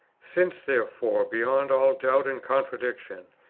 since therefore, beyond all doubt and contradiction,